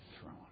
throne